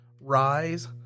rise